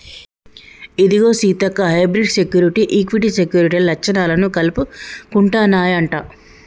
ఇదిగో Seethakka hybrid security, equity సెక్యూరిటీల లచ్చణాలను కలుపుకుంటన్నాయంట